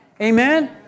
Amen